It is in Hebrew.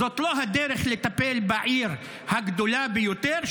זאת לא הדרך לטפל בעיר הגדולה ביותר,